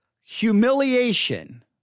humiliation